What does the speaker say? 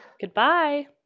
Goodbye